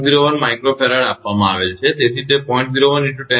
01 𝜇F આપવામાં આવેલ છે તેથી તે 0